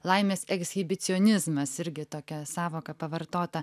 laimės ekshibicionizmas irgi tokia sąvoka pavartota